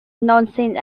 nonsense